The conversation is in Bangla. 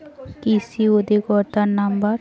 কৃষি অধিকর্তার নাম্বার?